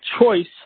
CHOICE